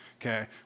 Okay